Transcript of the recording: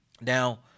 Now